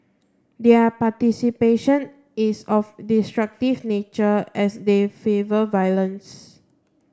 their participation is of destructive nature as they favour violence